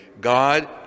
God